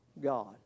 God